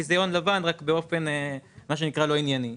כי זה הון לבן רק באופן מה שנקרא לא ענייני.